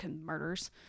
murders